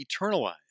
eternalized